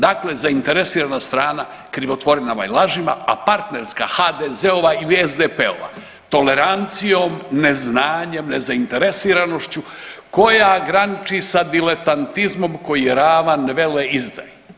Dakle, zainteresirana strana krivotvorinama i lažima, a partnerska HDZ-ova ili SDP-ova tolerancijom, neznanjem, nezainteresiranošću koja graniči sa diletantizmom koji je ravan veleizdaji.